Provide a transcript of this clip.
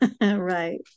Right